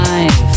Life